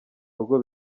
rugo